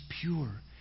pure